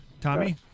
Tommy